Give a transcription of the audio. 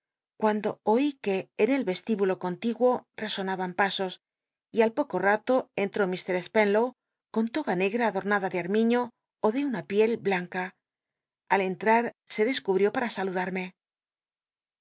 cuando oi que en el vestíbulo contiguo resonaban pasos y al poco ralo enlló ik spenlow con toga ncgl'a adornada de armiño ó de una piel blanca al entrar se descubrió para saludarme